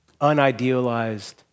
unidealized